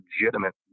legitimate